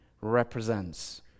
represents